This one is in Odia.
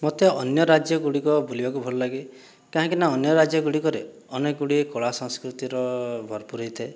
ମୋତେ ଅନ୍ୟ ରାଜ୍ୟଗୁଡ଼ିକ ବୁଲିବାକୁ ଭଲଲାଗେ କାହିଁକିନା ଅନ୍ୟ ରାଜ୍ୟଗୁଡ଼ିକରେ ଅନେକଗୁଡ଼ିଏ କଳା ସଂସ୍କୃତିର ଭରପୁର ହୋଇଥାଏ